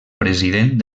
president